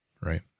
right